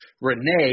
Renee